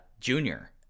junior